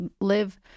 live